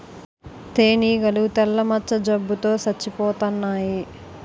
తేనీగలు తెల్ల మచ్చ జబ్బు తో సచ్చిపోతన్నాయి